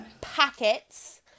packets